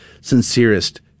sincerest